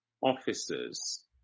officers